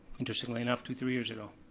interestingly enough, two, three years ago.